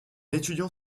étudiant